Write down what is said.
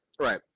Right